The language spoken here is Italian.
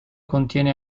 contiene